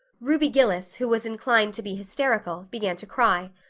ruby gillis, who was inclined to be hysterical, began to cry.